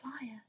fire